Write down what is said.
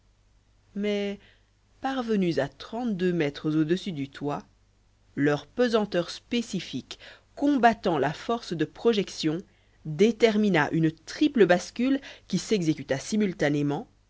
mais parvenus à trente-deux mètres au-dessus du toit leur pesanteur spécifique combattant la force de projection détermina une triple bascule qui s'exécuta simultanément